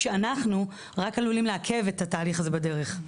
כשאנחנו רק יכולים לעכב את התהליך הזה בדרך,